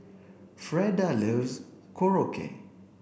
Freda loves korokke